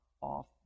off